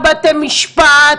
בתי משפט,